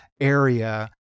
area